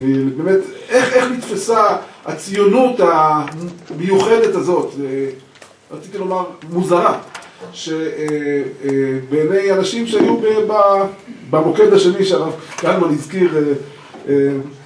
‫באמת, איך נתפסה הציונות ‫המיוחדת הזאת? ‫רציתי לומר, מוזרה, ‫שבעיני אנשים שהיו במוקד השני ‫שהרב קלמן הזכיר